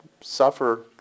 suffer